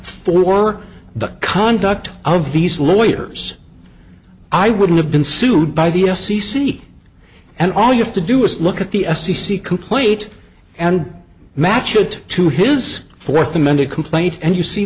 for the conduct of these lawyers i wouldn't have been sued by the f c c and all you have to do is look at the f c c complete and match it to his fourth amended complaint and you see